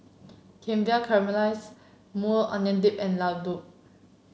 Kimbap Caramelized Maui Onion Dip and Ladoo